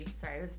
Sorry